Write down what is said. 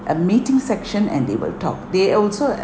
a meeting section and they will talk they also